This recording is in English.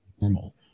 normal